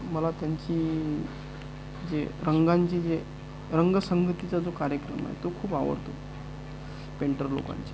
मला त्यांची जी रंगांची जी रंगसंगतीचा जो कार्यक्रम आहे तो खूप आवडतो पेंटर लोकांची